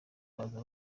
baza